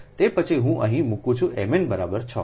તે પછી હું અહીં મૂકું છું mn બરાબર 6